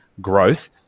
growth